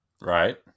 Right